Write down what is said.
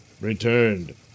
returned